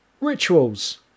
Rituals